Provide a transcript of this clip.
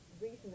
reason